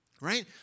right